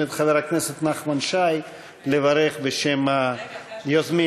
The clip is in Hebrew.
את חבר הכנסת נחמן שי לברך בשם היוזמים.